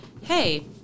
hey